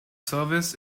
service